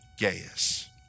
Gaius